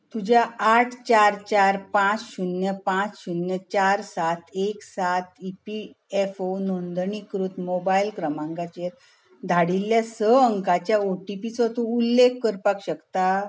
तुज्या आठ चार तार पांच शून्य पांच शून्य चार सात एक सात ई पी एफ ओ नोंदणीकृत मोबायल क्रमांकाचेर धाडिल्ल्या स अंकांच्या ओ टी पी चो तूं उल्लेख करपाक शकता